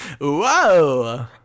Whoa